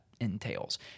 Entails